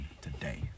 today